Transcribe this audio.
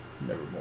nevermore